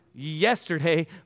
Yesterday